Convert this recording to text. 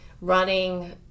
running